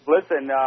Listen